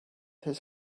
his